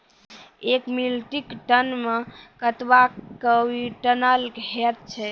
एक metric ton मे कतवा क्वींटल हैत छै?